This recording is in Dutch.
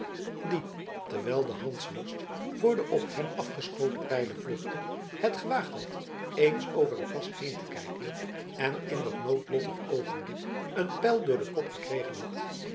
die terwijl de hansworst voor de op hem afgeschoten pijlen vluchtte het gewaagd had eens over de kast heen te kijken en in dat noodlottig oogenblik een pijl door den kop gekregen had